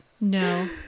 No